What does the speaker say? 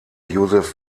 joseph